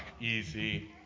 easy